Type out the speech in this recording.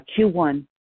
Q1